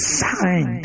sign